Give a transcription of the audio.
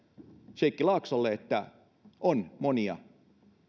sheikki laaksolle että on monia